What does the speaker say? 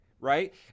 right